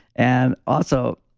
and also,